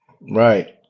Right